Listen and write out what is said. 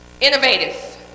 Innovative